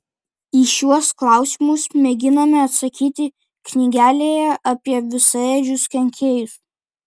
į šiuos klausimus mėginame atsakyti knygelėje apie visaėdžius kenkėjus